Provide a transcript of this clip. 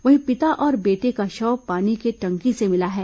वहीं पिता और बेटे का शव पानी के टंकी से मिला है